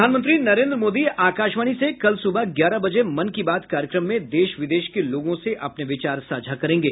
प्रधानमंत्री नरेन्द्र मोदी आकाशवाणी से कल सब्रह ग्यारह बजे मन की बात कार्यक्रम में देश विदेश के लोगों से अपने विचार साझा करेंगे